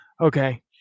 Okay